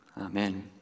Amen